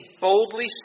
boldly